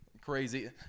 crazy